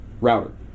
router